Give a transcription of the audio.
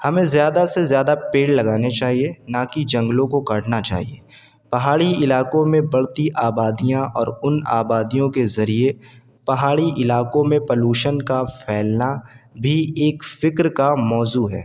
ہمیں زیادہ سے زیادہ پیڑ لگانے چاہیے تاکہ جنگلوں کو کاٹنا چاہیے پہاڑی علاقوں میں بڑھتی آبادیاں اور ان آبادیوں کے ذریعے پہاڑی علاقوں میں پلوشن کا پھیلنا بھی ایک فکر کا موضوع ہے